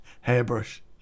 hairbrush